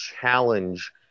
challenge